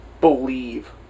believe